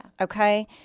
okay